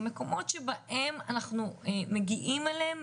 מקומות שבהם אנחנו מגיעים אליהם,